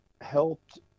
helped